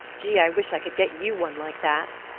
gee, i wish i could get you one like that!